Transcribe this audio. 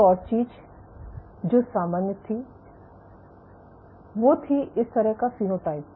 एक और चीज जो सामान्य थी वो थी इस तरह का फेनोटाइप